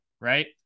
Right